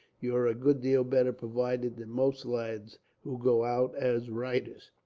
you are a good deal better provided than most lads who go out as writers.